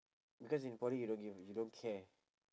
because in poly you don't give a you don't care